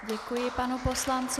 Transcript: Děkuji panu poslanci.